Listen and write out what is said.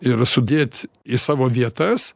ir sudėt į savo vietas